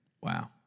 Wow